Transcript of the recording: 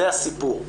זה הסיפור.